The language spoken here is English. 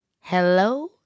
Hello